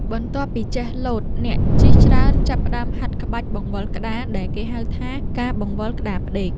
បន្ទាប់ពីចេះលោត អ្នកជិះច្រើនចាប់ផ្ដើមហាត់ក្បាច់បង្វិលក្ដារដែលគេហៅថា ការបង្វិលក្ដារផ្ដេក។